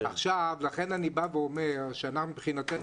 לכן אני בא ואומר שאנחנו מבחינתנו,